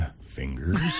fingers